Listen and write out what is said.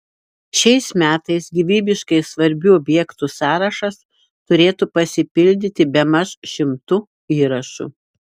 šiais metais gyvybiškai svarbių objektų sąrašas turėtų pasipildyti bemaž šimtu įrašų